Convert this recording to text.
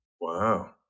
Wow